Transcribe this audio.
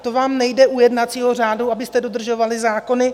To vám nejde u jednacího řádu, abyste dodržovali zákony.